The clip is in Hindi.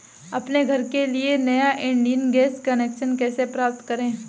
अपने घर के लिए नया इंडियन गैस कनेक्शन कैसे प्राप्त करें?